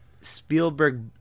Spielberg